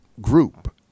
group